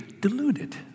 deluded